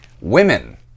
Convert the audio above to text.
Women